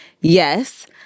Yes